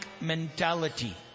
mentality